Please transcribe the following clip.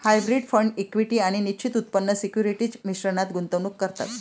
hybrid fund equity आणि निश्चित उत्पन्न सिक्युरिटीज मिश्रणात गुंतवणूक करतात